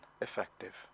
effective